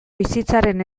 bizitzaren